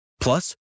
Plus